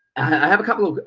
i have a couple. i